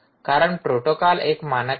कारण प्रोटोकॉल एक मानक आहे